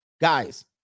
Guys